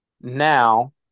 now